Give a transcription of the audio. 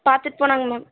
பார்த்துட்டு போனாங்க மேம்